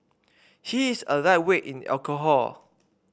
he is a lightweight in alcohol